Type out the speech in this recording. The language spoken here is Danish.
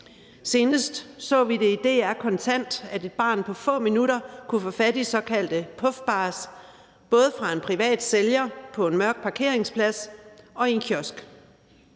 Senest så vi i DR's Kontant, at et barn på få minutter kunne få fat i såkaldte puffbars både fra en privat sælger på en mørk parkeringsplads og i en kiosk.